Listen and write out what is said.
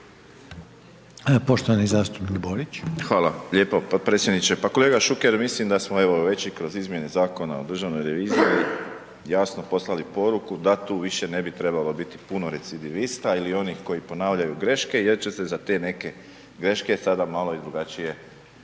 **Borić, Josip (HDZ)** Hvala lijepo, pa predsjedniče, pa kolega Šuker, mislim da smo evo već i kroz izmjene Zakona o državnoj reviziji jasno poslali poruku da tu više ne bi trebalo biti puno recidivista ili onih koji ponavljaju greške jer će se za te neke greške sada malo i drugačije